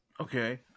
okay